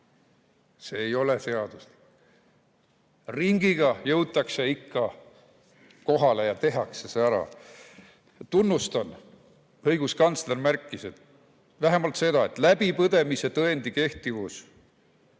see ei ole seaduslik. Ringiga jõutakse ikka kohale ja tehakse see ära. Tunnustan: õiguskantsler märkis vähemalt seda, et läbipõdemise tõendi kehtivus